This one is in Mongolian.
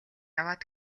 аваад